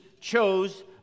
chose